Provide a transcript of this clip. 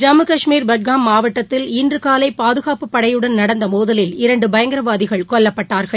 ஜம்மு கஷ்மீர் பட்காம் மாவட்டத்தில் இன்று காலை பாதுகாப்பு படையுடன் நடந்த மோதலில் இரண்டு பயங்கரவாதிகள் கொல்லப்பட்டார்கள்